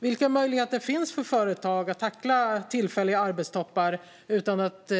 Vilka möjligheter finns för företag att tackla tillfälliga arbetstoppar utan att